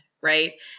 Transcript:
right